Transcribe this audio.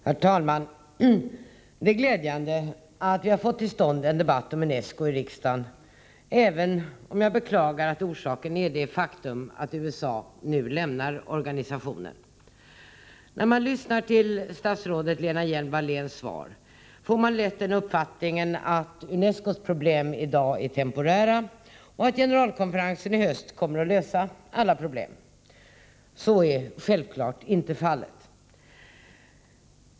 Herr talman! Det är glädjande att vi har fått till stånd en debatt om UNESCO i riksdagen, även om jag beklagar att orsaken är det faktum att USA nu lämnar organisationen. När man lyssnar till statsrådet Lena Hjelm-Walléns svar får man lätt den uppfattningen att UNESCO:s problem i dag är temporära och att generalkonferensen i höst kommer att lösa alla problem. Så är självklart inte fallet.